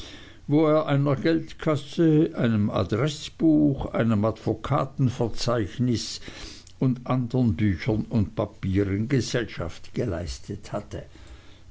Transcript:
wo er einer geldkasse einem adreßbuch einem advokatenverzeichnis und andern büchern und papieren gesellschaft geleistet hatte